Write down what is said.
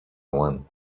one